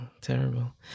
Terrible